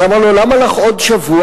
אז הוא אמר לה: למה לך עוד שבוע?